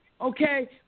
okay